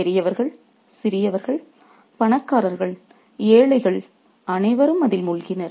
பெரியவர்கள் சிறியவர்கள் பணக்காரர்கள் ஏழைகள் அனைவரும் அதில் மூழ்கினர்